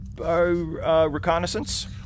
Reconnaissance